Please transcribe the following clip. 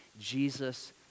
Jesus